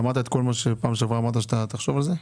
אמרת את כל מה שאמרת בדיון הקודם שתחשוב עליו?